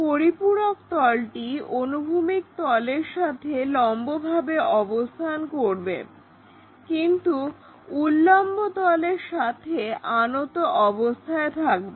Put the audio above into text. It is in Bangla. পরিপূরক তলটি অনুভূমিক তলের সাথে লম্বভাবে অবস্থান করবে কিন্তু উল্লম্ব তলের সাথে আনত অবস্থায় থাকবে